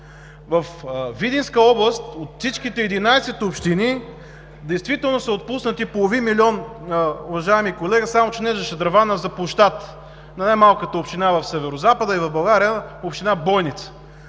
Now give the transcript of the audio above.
Във Видинска област от всичките 11 общини са отпуснати половин милион, уважаеми колега, само че не за шадраван, а за площад на най-малката община в Северозапада и в България – община Бойница.